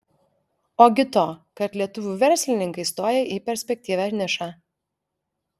ogi to kad lietuvių verslininkai stoja į perspektyvią nišą